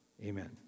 Amen